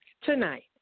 tonight